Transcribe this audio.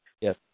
Yes